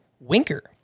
Winker